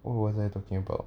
what was I talking about